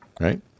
right